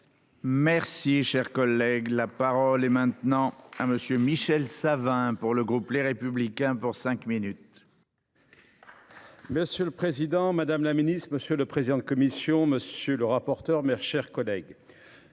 Merci, cher collègue, la parole est maintenant à monsieur Michel Savin. Pour le groupe Les Républicains pour cinq minutes. Monsieur le Président Madame la Ministre, Monsieur le Président de commission. Monsieur le rapporteur, maire, chers collègues.